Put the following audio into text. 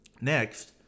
Next